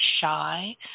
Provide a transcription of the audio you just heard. shy